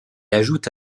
ajoute